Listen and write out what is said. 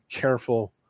careful